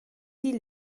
die